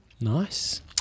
Nice